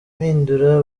mpindura